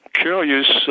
curious